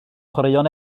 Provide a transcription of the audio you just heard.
chwaraeon